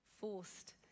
forced